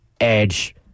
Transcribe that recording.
edge